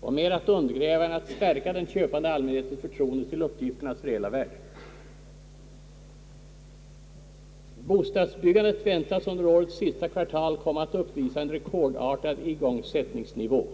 och mer undergräva än stärka den köpande allmänhetens förtroende till uppgifternas reella värde, Bostadsbyggandet väntas under årets sista kvartal komma att uppvisa en rekordartad igångsättningsnivå.